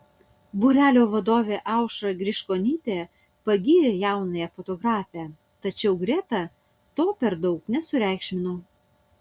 būrelio vadovė aušra griškonytė pagyrė jaunąją fotografę tačiau greta to per daug nesureikšmino